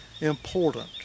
important